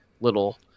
little